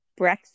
Brexit